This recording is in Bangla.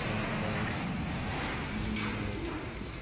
Mumbai New York city